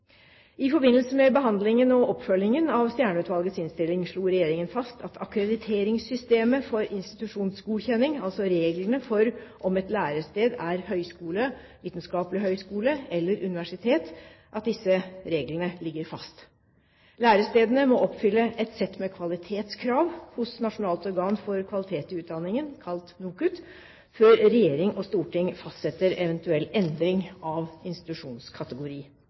I forbindelse med behandlingen og oppfølgingen av Stjernø-utvalgets innstilling slo Regjeringen fast at akkrediteringssystemet for institusjonsgodkjenning – altså reglene for om et lærested er høyskole, vitenskapelig høyskole eller universitet – ligger fast. Lærestedene må oppfylle et sett med kvalitetskrav hos Nasjonalt organ for kvalitet i utdanningen, NOKUT, før regjering og storting fastsetter eventuell endring av institusjonskategori.